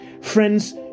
Friends